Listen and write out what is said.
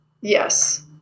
yes